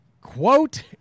quote